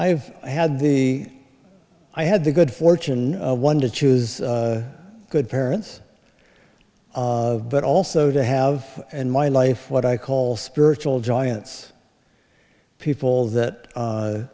i've had the i had the good fortune one to choose good parents but also to have in my life what i call spiritual giants people that